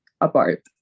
apart